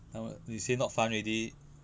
I mean you say not fun already